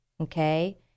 okay